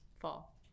fall